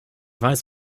weiß